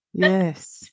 Yes